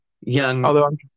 young